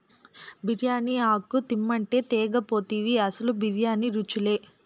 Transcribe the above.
బిర్యానీ ఆకు తెమ్మంటే తేక పోతివి అసలు బిర్యానీ రుచిలే